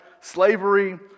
Slavery